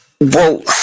Well-